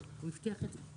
זה לא יקרה.